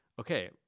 okay